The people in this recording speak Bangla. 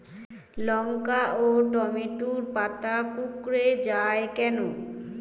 লঙ্কা ও টমেটোর পাতা কুঁকড়ে য়ায় কেন?